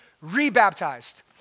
re-baptized